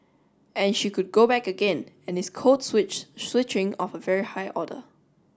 and she could go back again and it's code switch switching of a very high order